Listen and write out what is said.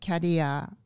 career